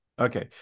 okay